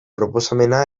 proposamena